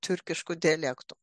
tiurkiškų dialektų